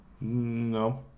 No